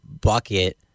bucket